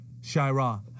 Shaira